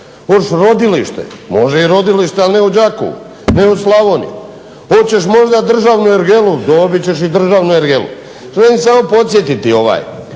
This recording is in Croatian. Hoćeš rodilište? Može i rodilište ali ne u Đakovu, ne u Slavoniju. Hoćeš možda državnu ergelu? Dobit ćeš i državnu ergelu. želim podsjetiti samo